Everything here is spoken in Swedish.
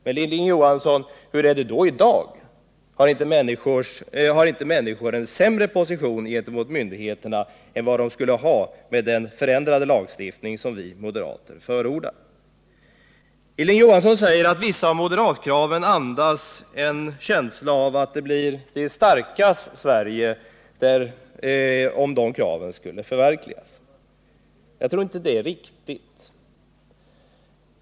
Men, Hilding Johansson, hur är det då i dag? Har inte människor en sämre position gentemot myndigheterna än vad de skulle ha med den förändrade lagstiftning som vi moderater förordar? Hilding Johansson säger att vissa av moderatkraven andas en känsla av att det blir ett de starkas Sverige om de kraven skulle förverkligas. Jag tror inte att det är riktigt.